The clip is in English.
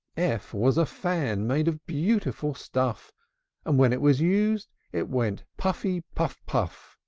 f was a fan made of beautiful stuff and when it was used, it went puffy-puff-puff!